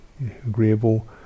agreeable